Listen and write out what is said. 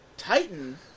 titan